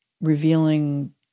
revealing